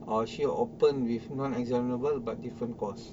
or she will open with non-examinable but different course